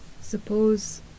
suppose